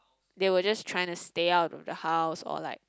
they will just try to stay out of the house or like